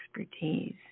expertise